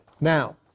Now